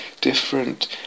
different